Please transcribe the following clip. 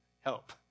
help